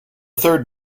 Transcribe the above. third